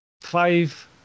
five